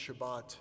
Shabbat